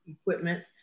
equipment